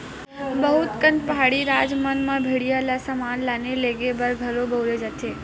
बहुत कन पहाड़ी राज मन म भेड़िया ल समान लाने लेगे बर घलो बउरे जाथे